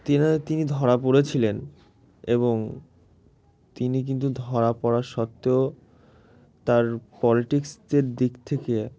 তিনি তিনি ধরা পড়েছিলেন এবং তিনি কিন্তু ধরা পড়া সত্ত্বেও তার পলিটিক্সের দিক থেকে